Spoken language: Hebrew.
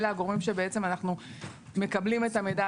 אלה הגורמים שבעצם אנחנו מקבלים את המידע